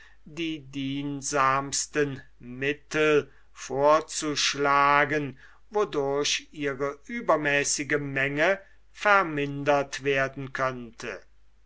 hätte die diensamsten mittel vorzuschlagen wodurch ihre übermäßige menge vermindert werden könnte